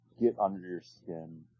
get-under-your-skin